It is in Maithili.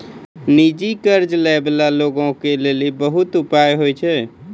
निजी कर्ज लै बाला लोगो के लेली बहुते उपाय होय छै